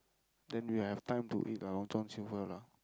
then we'll have time to eat our Long-John-Silvers lah